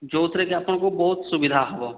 ଯେଉଁଥିରେ କି ଆପଣଙ୍କୁ ବହୁତ ସୁବିଧା ହେବ